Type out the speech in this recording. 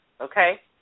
Okay